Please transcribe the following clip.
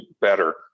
better